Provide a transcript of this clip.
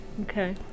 okay